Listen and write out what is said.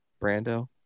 Brando